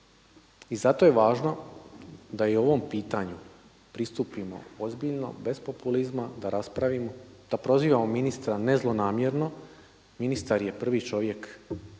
i zato je važno da i ovom pitanju pristupimo ozniljno, bez populizma, da raspravimo, da prozivamo ministra ne zlonamjerno. Ministar je prvi čovjek